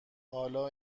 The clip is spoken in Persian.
حالا